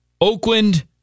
Oakland